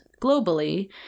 globally